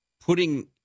putting